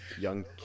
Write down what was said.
young